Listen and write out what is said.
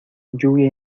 lluvia